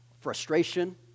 frustration